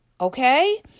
Okay